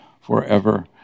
forever